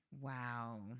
Wow